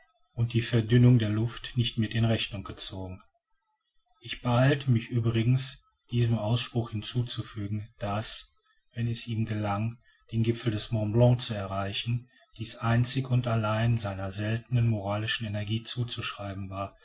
und die verdünnung der luft nicht mit in rechnung gezogen ich beeile mich übrigens diesem ausspruch hinzuzufügen daß wenn es ihm gelang den gipfel des mont blanc zu erreichen dies einzig und allein seiner seltenen moralischen energie zuzuschreiben war